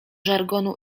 żargonu